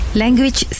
language